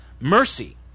mercy